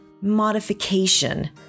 modification